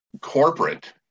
corporate